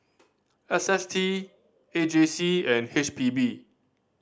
S S T A J C and H P B